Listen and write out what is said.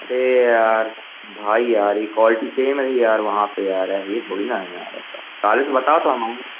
अरे यार भाई यार ये कॉल्टी सेम है यार वहाँ पर यार ये थोड़ी ना है यार ऐसा चालीस बताओ तो हम आएँ